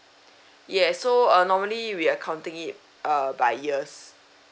yes so uh normally we are counting it uh by years